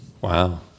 wow